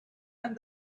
and